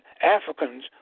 Africans